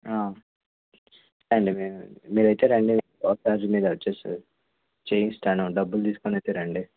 రండి మీ మీరు అయితే రండి ఒక ఛార్జ్ మీద వచ్చేస్తుంది చేయిస్తాను డబ్బులు తీసుకొని అయితే రండి